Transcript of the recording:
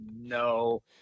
no